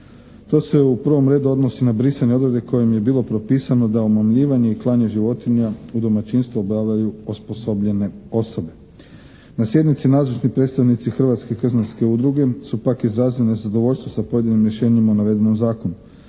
To se u prvom redu odnosi na brisanje odredbe kojom je bilo propisano da omamljivanje i klanje životinja u domaćinstvu obavljaju osposobljene osobe. Na sjednici nazočni predstavnici Hrvatske krznarske udruge su pak izrazili nezadovoljstvo sa pojedinim rješenjima navedena u zakonu.